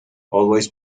always